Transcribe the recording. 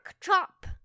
chop